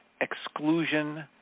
exclusion